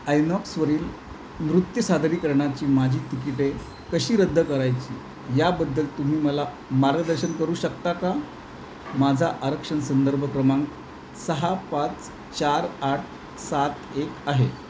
आयनॉक्सवरील नृत्य सादरीकरणाची माझी तिकिटे कशी रद्द करायची याबद्दल तुम्ही मला मार्गदर्शन करू शकता का माझा आरक्षण संदर्भ क्रमांक सहा पाच चार आठ सात एक आहे